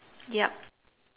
yup